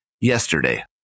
yesterday